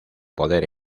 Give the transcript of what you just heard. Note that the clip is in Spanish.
poder